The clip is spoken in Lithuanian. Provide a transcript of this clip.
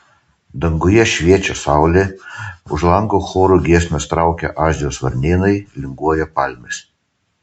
danguje šviečia saulė už lango choru giesmes traukia azijos varnėnai linguoja palmės